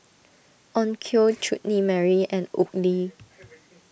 Onkyo Chutney Mary and Oakley